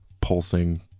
pulsing